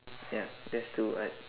ya there's two [what]